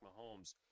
mahomes